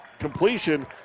completion